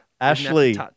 Ashley